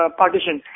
partition